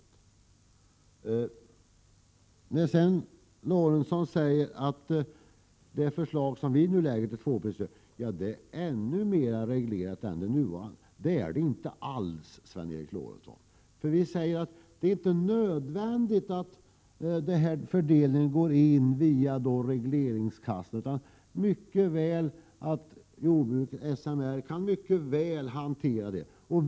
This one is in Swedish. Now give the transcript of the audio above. Sven Eric Lorentzon säger att det förslag som vi nu lägger fram innebär ännu mer reglering än det nuvarande. Så är det inte alls. Vi säger: Det är inte nödvändigt att fördelningen går in via regleringskassorna, utan SMR kan mycket väl hantera det hela.